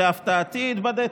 שלהפתעתי התבדיתי,